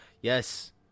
Yes